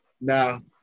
Now